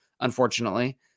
unfortunately